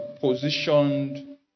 positioned